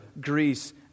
Greece